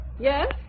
Yes